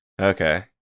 Okay